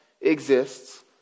exists